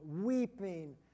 weeping